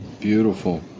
Beautiful